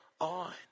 on